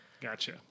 Gotcha